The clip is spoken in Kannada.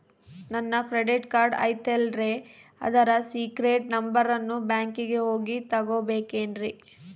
ನನ್ನ ಕ್ರೆಡಿಟ್ ಕಾರ್ಡ್ ಐತಲ್ರೇ ಅದರ ಸೇಕ್ರೇಟ್ ನಂಬರನ್ನು ಬ್ಯಾಂಕಿಗೆ ಹೋಗಿ ತಗೋಬೇಕಿನ್ರಿ?